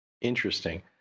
Interesting